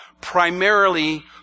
primarily